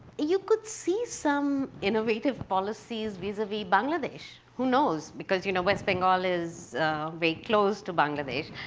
you could see some innovative policies vis-a-vis bangladesh. who knows? because, you know, west bengal is very close to bangladesh.